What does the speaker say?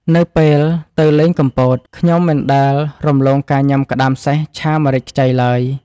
នៅពេលទៅលេងកំពត ខ្ញុំមិនដែលរំលងការញ៉ាំក្តាមសេះឆាម្រេចខ្ចីឡើយ។